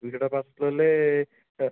ଦୁଇ ଶହଟା ପାର୍ସଲ ହେଲେ ଚାର